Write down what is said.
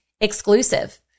exclusive